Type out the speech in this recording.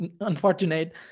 unfortunate